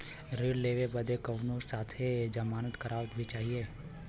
ऋण लेवे बदे कउनो साथे जमानत करता भी चहिए?